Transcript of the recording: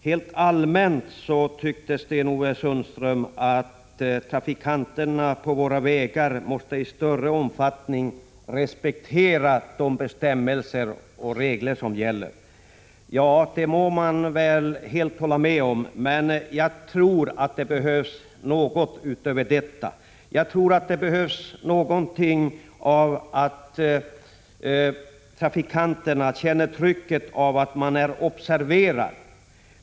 Rent allmänt sade Sten-Ove Sundström att trafikanterna på våra vägar i större omfattning måste respektera de bestämmelser och regler som gäller, och det kan man helt hålla med om. Men jag tror att det behövs något utöver detta, nämligen att få trafikanterna att känna trycket av att de är observerade.